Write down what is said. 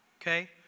okay